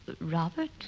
Robert